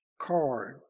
card